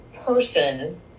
person